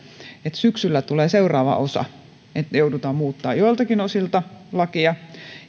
syksyllä tulee seuraava osa että joudutaan muuttamaan joiltakin osilta lakia